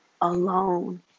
alone